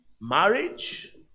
marriage